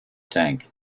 tank